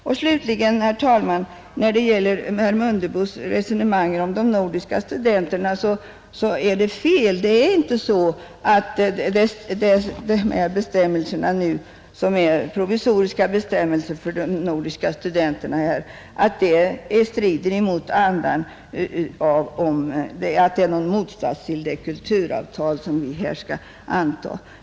Och slutligen, herr talman, är herr Mundebos resonemang om de nordiska studenterna felaktigt. De föreslagna bestämmelserna, som är provisoriska för de nordiska studenterna, strider inte mot andan i det nyligen undertecknade kulturavtalet.